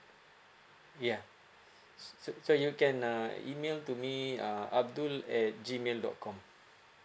yeah so you can uh email to me uh abdul at G mail dot com